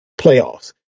playoffs